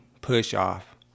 push-off